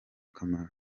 akamaro